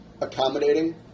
accommodating